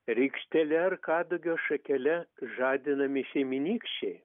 rykštele ar kadagio šakele žadinami šeimynykščiai